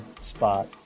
spot